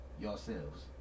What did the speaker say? yourselves